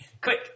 Quick